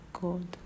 God